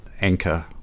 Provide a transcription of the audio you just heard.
Anchor